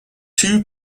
two